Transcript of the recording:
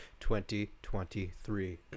2023